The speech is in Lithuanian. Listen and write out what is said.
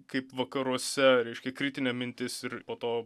kaip vakaruose reiškia kritinė mintis ir po to